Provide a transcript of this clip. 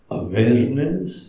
awareness